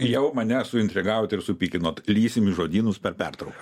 jau mane suintrigavot ir supykinot lįsim į žodynus per pertrauką